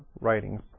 writings